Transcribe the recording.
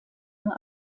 nur